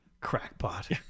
Crackpot